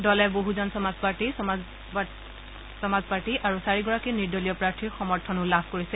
দলে বছজন সমাজপাৰ্টী সমাজপাৰ্টী আৰু চাৰিগৰাকী নিৰ্দলীয় প্ৰাৰ্থীৰ সমৰ্থনো লাভ কৰিছে